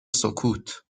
سکوت